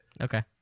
Okay